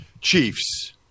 Chiefs